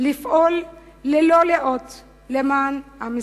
לפעול ללא לאות למען עם ישראל.